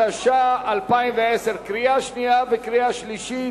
התש"ע 2010, קריאה שנייה וקריאה שלישית.